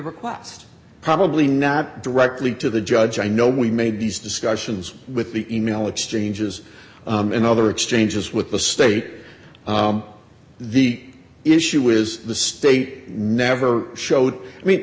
request probably not directly to the judge i know we made these discussions with the e mail exchanges and other exchanges with the state the issue is the state never showed me